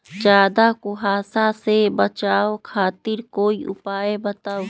ज्यादा कुहासा से बचाव खातिर कोई उपाय बताऊ?